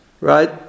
Right